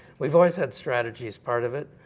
we've always had strategy as part of it.